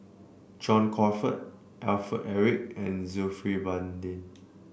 John Crawfurd Alfred Eric and Zulkifli Baharudin